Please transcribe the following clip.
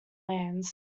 lands